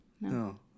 no